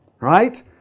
Right